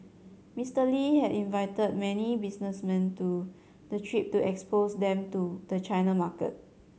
Mister Lee had invited many businessmen to the trip to expose them to the China market